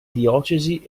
diocesi